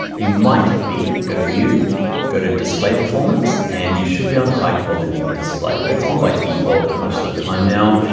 you might be, go to view go to view display performance, and you should be on high quality display. that's on by default most of the time now,